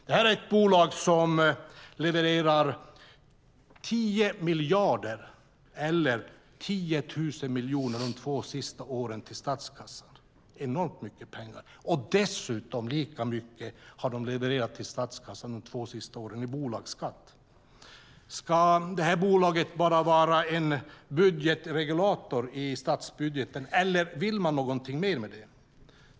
Detta är ett bolag som levererat 10 miljarder, eller 10 000 miljoner, de två senaste åren till statskassan. Det är enormt mycket pengar. Det har dessutom levererat lika mycket till statskassan de två senaste åren i bolagsskatt. Ska detta bolag bara vara en budgetregulator i statsbudgeten, eller vill man någonting mer med det?